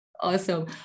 Awesome